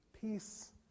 Peace